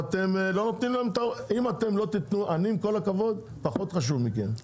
אני פחות חשוב מכם,